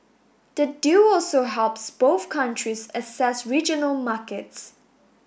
the deal also helps both countries access regional markets